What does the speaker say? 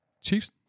Chiefs